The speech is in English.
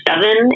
seven